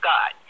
God